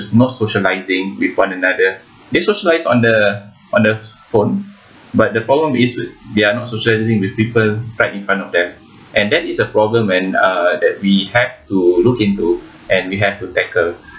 not socialising with one another they socialise on the on the phone but the problem is they're not socialising with people right in front of them and that is a problem that uh that we have to look into and we have to tackle